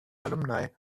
alumni